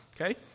okay